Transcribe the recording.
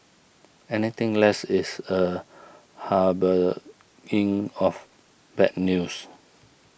anything less is a harbinger of bad news